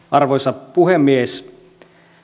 arvoisa puhemies